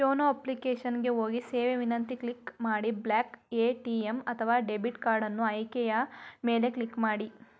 YONO application ಗೆ ಹೋಗಿ ಸೇವಾ ವಿನಂತಿ ಕ್ಲಿಕ್ ಮಾಡಿ ಬ್ಲಾಕ್ ಎ.ಟಿ.ಎಂ ಅಥವಾ ಡೆಬಿಟ್ ಕಾರ್ಡನ್ನು ಆಯ್ಕೆಯ ಮೇಲೆ ಕ್ಲಿಕ್ ಮಾಡಿ